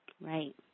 Right